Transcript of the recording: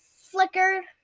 flickered